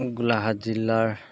গোলাঘাট জিলাৰ